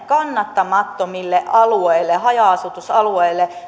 kannattamattomille alueille haja asutusalueille